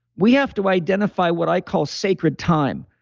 we have to identify what i call sacred time.